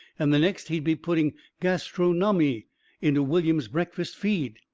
and the next he'd be putting gastronomy into william's breakfast feed.